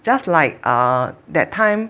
just like err that time